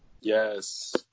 Yes